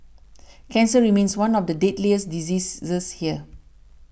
cancer remains one of the deadliest diseases this here